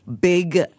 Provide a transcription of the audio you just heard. big